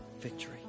victory